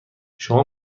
شما